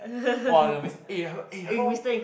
!wah! the miss eh haven't eh haven't